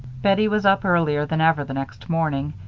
bettie was up earlier than ever the next morning,